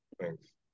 Thanks